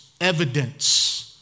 evidence